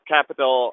Capital